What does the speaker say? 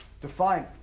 Define